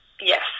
yes